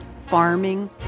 farming